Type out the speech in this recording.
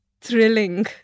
thrilling